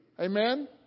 Amen